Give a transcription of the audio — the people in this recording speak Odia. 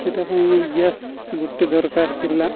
ସେଟା ପାଇଁ ଗ୍ୟାସ୍ ଗୋଟେ ଦରକାର ଥିଲା